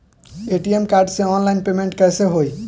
ATM card से online payment कैसे होई?